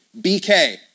BK